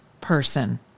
person